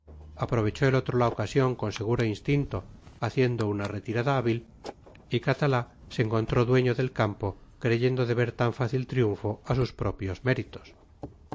aprovechó el otro la ocasión con seguro instinto haciendo una retirada hábil y catalá se encontró dueño del campo creyendo deber tan fácil triunfo a sus propios méritos